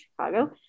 Chicago